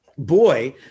Boy